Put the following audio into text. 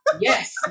Yes